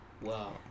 wow